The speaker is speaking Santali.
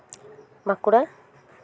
ᱵᱟᱸᱠᱩᱲᱟ